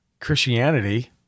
Christianity